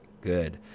good